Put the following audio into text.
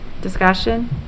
Discussion